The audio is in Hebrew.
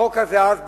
החוק הזה אז,